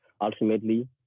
ultimately